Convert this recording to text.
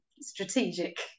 strategic